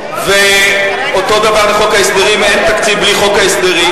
זה חוק ההסדרים, זה לא, אותו דבר חוק ההסדרים.